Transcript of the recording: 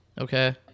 Okay